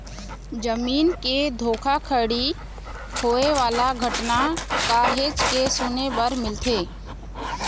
जमीन के धोखाघड़ी होए वाला घटना काहेच के सुने बर मिलथे